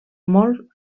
molt